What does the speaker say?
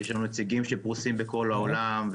יש לנו נציגים שפרוסים בכל העולם,